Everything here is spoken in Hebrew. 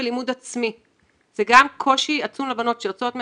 ללמד אותן טכנולוגיות יותר מתקדמות ממה שהן למדו